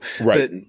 Right